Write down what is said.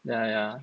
ya ya